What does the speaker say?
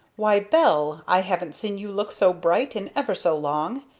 why, belle! i haven't seen you look so bright in ever so long.